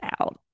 out